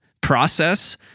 process—